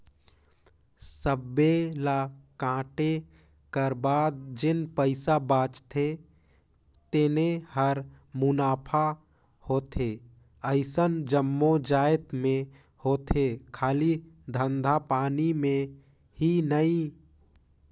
सबे ल कांटे कर बाद जेन पइसा बाचथे तेने हर मुनाफा होथे अइसन जम्मो जाएत में होथे खाली धंधा पानी में ही नई